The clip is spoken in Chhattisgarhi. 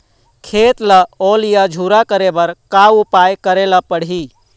खेत ला ओल या झुरा करे बर का उपाय करेला पड़ही?